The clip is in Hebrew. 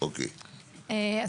ראשית,